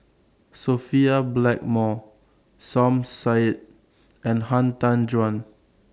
Sophia Blackmore Som Said and Han Tan Juan